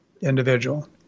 individual